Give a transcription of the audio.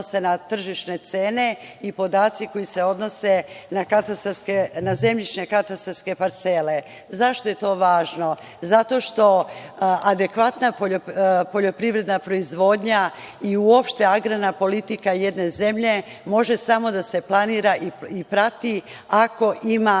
na tržišne cene i podaci koji se odnose na zemljišne katastarske parcele. Zašto je to važno? Zato što adekvatna poljoprivredna proizvodnja i uopšte agrarna politika jedne zemlje može samo da se planira i prati ako ima